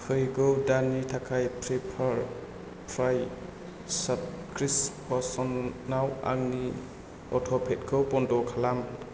फैगौ दाननि थाखाय प्रिपारप्राइ साब्सक्रिपसनाव आंनि अट'पेखौ बन्द' खालाम